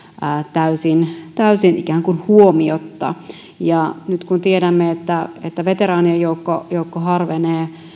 täysin täysin ikään kuin huomiotta nyt kun tiedämme että että veteraanien joukko joukko harvenee